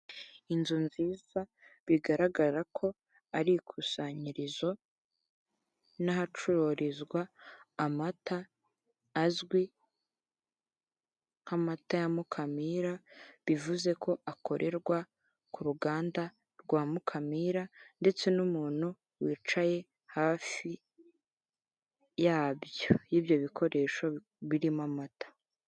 Inzu nziza bigaragara ko ari ikusanyirizo n'ahacururizwa amata, azwi nk'amata ya Mukamira bivuze ko akorerwa ku ruganda rwa Mukamira, ndetse n'umuntu wicaye hafi yabyo y'ibyo bikoresho birimo amata.